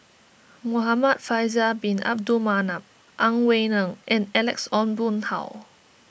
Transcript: Muhamad Faisal Bin Abdul Manap Ang Wei Neng and Alex Ong Boon Hau